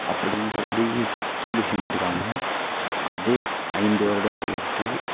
அப்பிடின்னு சொல்லி கேலி செஞ்சுருக்காங்க அதே ஐந்து வருடம் கழித்து